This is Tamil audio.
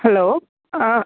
ஹலோ ஆ